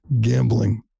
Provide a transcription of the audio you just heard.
gambling